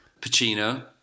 Pacino